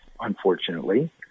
unfortunately